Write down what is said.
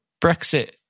Brexit